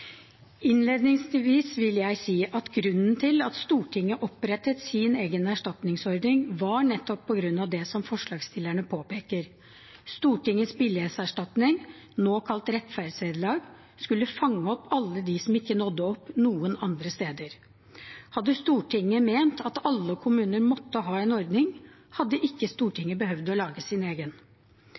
at Stortinget opprettet sin egen erstatningsordning, var nettopp det som forslagsstillerne påpeker. Stortingets billighetserstatning, nå kalt Stortingets rettferdsvederlagsordning, skulle fange opp alle de som ikke nådde opp noen andre steder. Hadde Stortinget ment at alle kommuner måtte ha en ordning, hadde ikke Stortinget behøvd å lage sin egen.